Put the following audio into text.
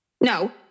No